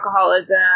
alcoholism